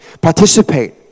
Participate